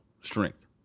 strength